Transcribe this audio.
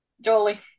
Jolie